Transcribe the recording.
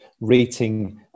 rating